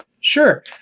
Sure